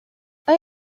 آیا